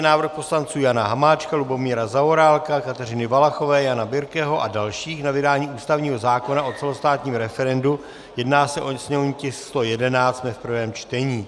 Návrh poslanců Jana Hamáčka, Lubomíra Zaorálka, Kateřiny Valachové, Jana Birke a dalších na vydání ústavního zákona o celostátním referendu /sněmovní tisk 111/ prvé čtení